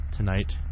Tonight